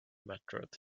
meteorite